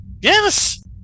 Yes